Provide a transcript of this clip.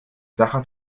sacher